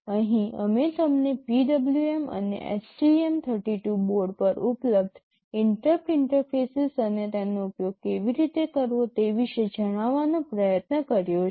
અહીં અમે તમને PWM અને STM 32 બોર્ડ પર ઉપલબ્ધ ઇન્ટરપ્ટ ઇન્ટરફેસીસ અને તેનો ઉપયોગ કેવી રીતે કરવો તે વિશે જણાવવાનો પ્રયત્ન કર્યો છે